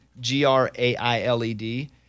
G-R-A-I-L-E-D